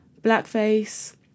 blackface